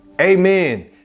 Amen